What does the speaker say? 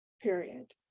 period